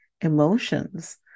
emotions